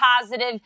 positive